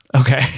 Okay